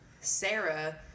Sarah